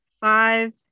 five